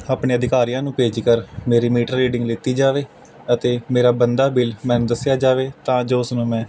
ਆਪਣੇ ਅਧਿਕਾਰੀਆਂ ਨੂੰ ਭੇਜ ਕਰ ਮੇਰੀ ਮੀਟਰ ਰੀਡਿੰਗ ਲਿੱਤੀ ਜਾਵੇ ਅਤੇ ਮੇਰਾ ਬਣਦਾ ਬਿੱਲ ਮੈਨੂੰ ਦੱਸਿਆ ਜਾਵੇ ਤਾਂ ਜੋ ਉਸਨੂੰ ਮੈਂ